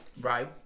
right